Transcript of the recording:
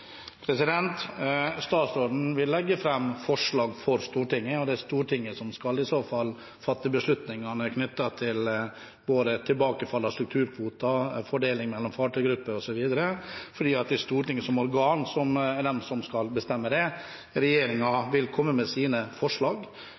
Statsråden vil legge fram forslag for Stortinget, og det er Stortinget som i så fall skal fatte beslutningene knyttet til både tilbakefall av strukturkvoter, fordeling mellom fartøygrupper, osv., for det er Stortinget som organ som skal bestemme det.